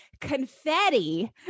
confetti